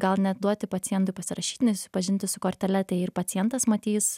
gal net duoti pacientui pasirašytinai susipažinti su kortele ir pacientas matys